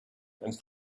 and